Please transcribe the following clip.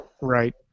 Right